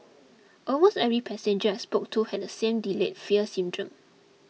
almost every passenger I spoke to had the same delayed fear syndrome